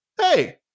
Hey